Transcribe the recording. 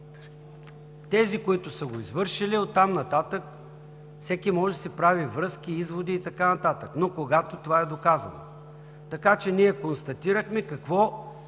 Тези, които са го извършили, оттам нататък всеки може да си прави връзки, изводи и така нататък, но когато това е доказано. Ние констатирахме какво